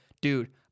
Dude